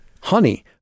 honey